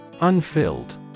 Unfilled